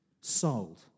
sold